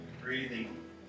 breathing